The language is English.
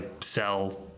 sell